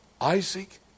Isaac